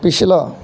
ਪਿਛਲਾ